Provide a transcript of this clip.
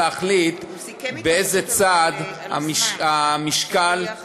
להחליט לאיזה צד המשקל נוטה.